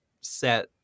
set